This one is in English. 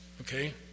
Okay